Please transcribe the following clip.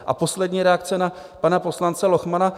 A poslední reakce na pana poslance Lochmana.